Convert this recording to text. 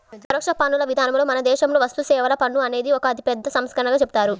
పరోక్ష పన్నుల విధానంలో మన దేశంలో వస్తుసేవల పన్ను అనేది ఒక అతిపెద్ద సంస్కరణగా చెబుతారు